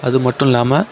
அது மட்டும் இல்லாமல்